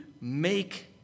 make